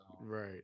Right